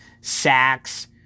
sacks